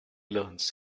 learns